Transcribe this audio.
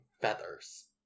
feathers